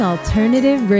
Alternative